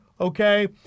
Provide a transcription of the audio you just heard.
Okay